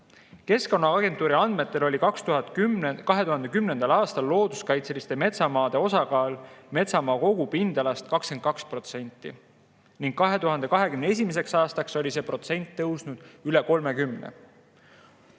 Keskkonnaagentuuri andmetel oli 2010. aastal looduskaitseliste metsamaade osakaal metsamaa kogupindalas 22% ning 2021. aastaks oli see protsent tõusnud üle 30.